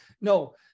no